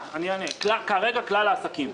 כרגע כלל העסקים,